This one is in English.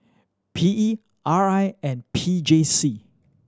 P E R I and P J C